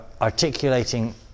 articulating